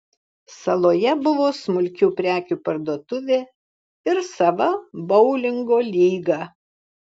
saloje buvo smulkių prekių parduotuvė ir sava boulingo lyga